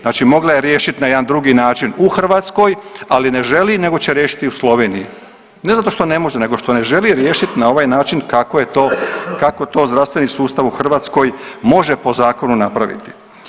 Znači mogla je riješiti na jedan drugi način u Hrvatskoj, ali ne želi nego će riješiti u Sloveniji ne zato što ne može, nego što ne želi riješiti na ovaj način kako to zdravstveni sustav u Hrvatskoj može po zakonu napraviti.